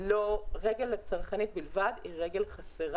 רגל צרכנית בלבד היא רגל חסרה.